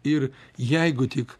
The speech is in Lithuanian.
ir jeigu tik